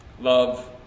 love